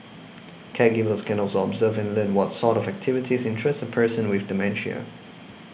caregivers can also observe and learn what sort of activities interest a person with dementia